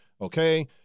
okay